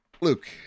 Luke